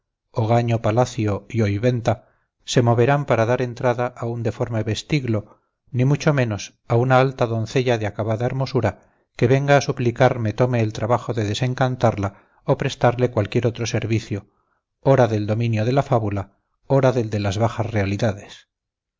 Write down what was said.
ogaño palacio y hoy venta se moverán para dar entrada a un deforme vestiglo ni mucho menos a una alta doncella de acabada hermosura que venga a suplicar me tome el trabajo de desencantarla o prestarle cualquier otro servicio ora del dominio de la fábula ora del de las bajas realidades